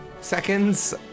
seconds